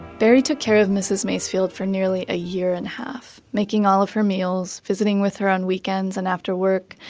barry took care of mrs. macefield for nearly a year and a half making all of her meals, visiting with her on weekends and after work.